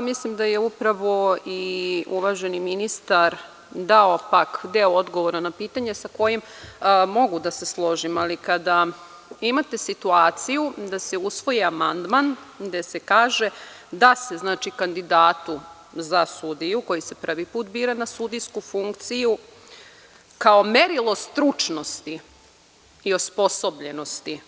Mislim da je upravo i uvaženi ministar dao, pak deo odgovora na pitanje sa kojim mogu da se složim, ali kada imate situaciju da se usvoji amandman da se kaže da se, znači, kandidatu za sudiju koji se prvi put bira na sudijsku funkciju kao merilo stručnosti i osposobljenosti